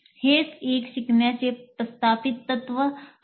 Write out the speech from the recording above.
हे एक शिकण्याचे प्रस्थापित तत्व आहे